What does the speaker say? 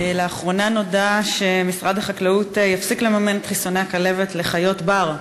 לאחרונה נודע שמשרד החקלאות יפסיק לממן את חיסוני הכלבת לחיות בר,